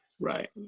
Right